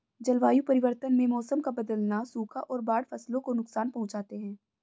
जलवायु परिवर्तन में मौसम का बदलना, सूखा और बाढ़ फसलों को नुकसान पहुँचाते है